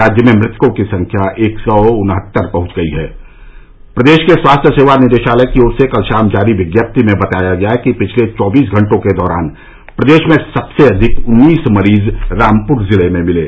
राज्य में मृतकों की संख्या एक सौ उनहत्तर पहुंच गई है प्रदेश के स्वास्थ्य सेवा निदेशालय की ओर से कल शाम जारी विज्ञप्ति में बताया गया कि पिछले चौबीस घंटों के दौरान प्रदेश में सबसे अधिक उन्नीस मरीज रामपुर जिले में मिले